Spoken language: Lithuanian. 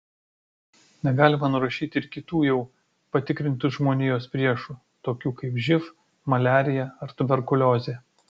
negalima nurašyti ir kitų jau patikrintų žmonijos priešų tokių kaip živ maliarija ar tuberkuliozė